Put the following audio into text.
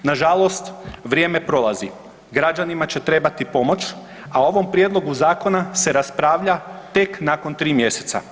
Nažalost, vrijeme prolazi, građanima će trebati pomoć, a o ovom prijedlogu zakona se raspravlja tek nakon tri mjeseca.